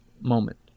moment